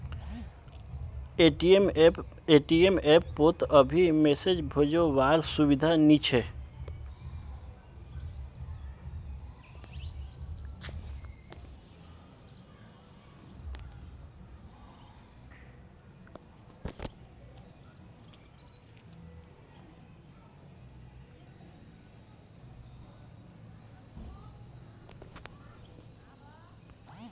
ATM app पोत अभी message भेजो वार सुविधा नी छे